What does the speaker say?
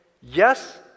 yes